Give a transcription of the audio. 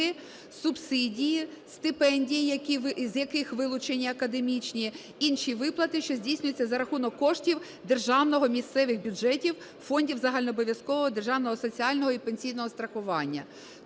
субсидії, стипендії, з яких вилучені академічні, інші виплати, що здійснюються за рахунок коштів державного та місцевих бюджетів, фондів загальнообов'язкового державного соціального і пенсійного страхування.